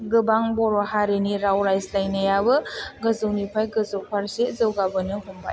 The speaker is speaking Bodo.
गोबां बर' हारिनि राव रायज्लायनायाबो गोजौनिफ्राय गोजौ फारसे जौगाबोनो हमबाय